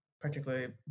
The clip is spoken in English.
particularly